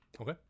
Okay